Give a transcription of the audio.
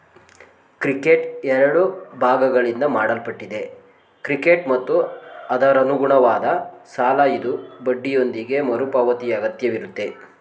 credit ಎರಡು ಭಾಗಗಳಿಂದ ಮಾಡಲ್ಪಟ್ಟಿದೆ ಕ್ರೆಡಿಟ್ ಮತ್ತು ಅದರಅನುಗುಣವಾದ ಸಾಲಇದು ಬಡ್ಡಿಯೊಂದಿಗೆ ಮರುಪಾವತಿಯಅಗತ್ಯವಿರುತ್ತೆ